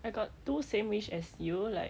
I got two same wish as you like